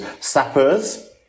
sappers